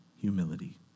humility